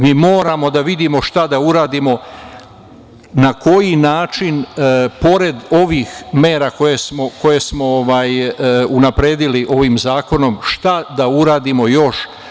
Mi moramo da vidimo šta da uradimo i na koji način, pored ovih mera koje smo unapredili ovim zakonom, šta da uradimo još.